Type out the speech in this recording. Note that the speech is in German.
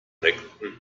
reckten